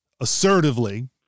assertively